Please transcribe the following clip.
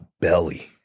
Belly